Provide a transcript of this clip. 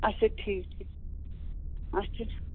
اَچھا ٹھیٖک چھُ اَچھا